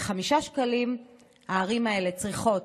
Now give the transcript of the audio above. ב-5 שקלים הערים האלה צריכות